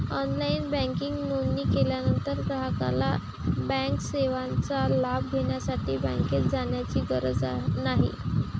online banking नोंदणी केल्यानंतर ग्राहकाला बँकिंग सेवेचा लाभ घेण्यासाठी बँकेत जाण्याची गरज नाही